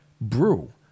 brew